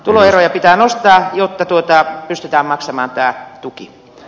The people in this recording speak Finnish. tulorajoja pitää nostaa jotta pystytään maksamaan tämä tuki